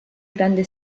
grande